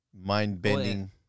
mind-bending